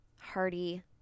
hearty